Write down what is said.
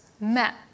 met